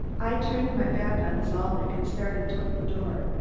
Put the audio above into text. i turned my back on zalnitch and started toward the door.